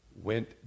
went